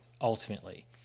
ultimately